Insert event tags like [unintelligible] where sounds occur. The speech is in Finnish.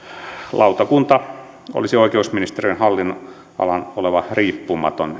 lautakunta olisi oikeusministeriön hallinnonalalla oleva riippumaton [unintelligible]